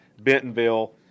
Bentonville